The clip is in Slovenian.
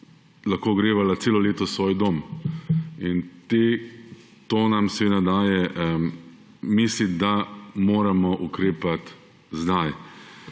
ogrevala celo leto svoj dom. In to nam seveda daje misliti, da moramo ukrepati sedaj.